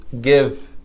give